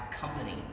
company